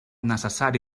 necessari